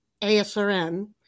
ASRM